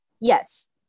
Yes